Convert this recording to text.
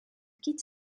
quitte